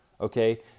okay